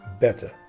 better